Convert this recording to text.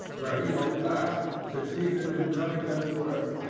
where he at last succeeded in running them to earth.